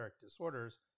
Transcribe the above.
disorders